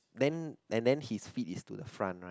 then and then his feet is to the front right